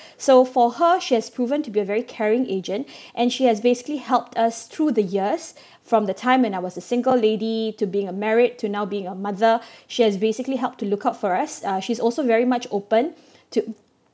so for her she has proven to be a very caring agent and she has basically helped us through the years from the time when I was a single lady to being a married to now being a mother she has basically help to look out for us uh she's also very much open to